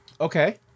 Okay